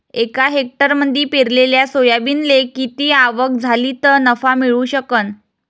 एका हेक्टरमंदी पेरलेल्या सोयाबीनले किती आवक झाली तं नफा मिळू शकन?